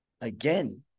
Again